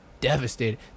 devastated